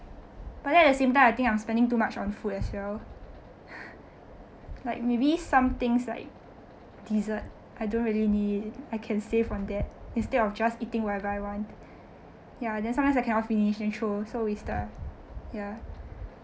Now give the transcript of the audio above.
but then at same time I think I'm spending too much on food as well like maybe some things like dessert I don't really need it I can save on that instead of just eating whatever I want ya then sometimes I cannot finish then throw so wasted ah ya